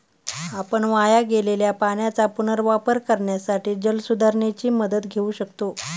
आपण वाया गेलेल्या पाण्याचा पुनर्वापर करण्यासाठी जलसुधारणेची मदत घेऊ शकतो